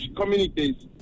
communities